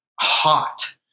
hot